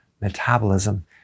metabolism